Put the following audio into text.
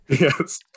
Yes